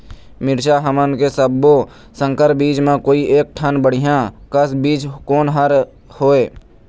मिरचा हमन के सब्बो संकर बीज म कोई एक ठन बढ़िया कस बीज कोन हर होए?